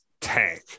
tank